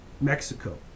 Mexico